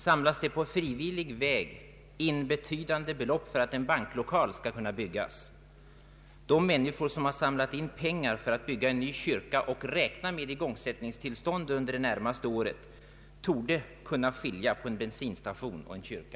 Samlas det på frivillig väg in betydande belopp för att en banklokal skall kunna byggas? De människor, som har samlat in pengar för att bygga en ny kyrka och räknat med igångsättningstillstånd under det närmaste året, torde kunna skilja på en bensinstation och en kyrka.